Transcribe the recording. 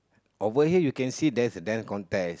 over here you can see there's there contest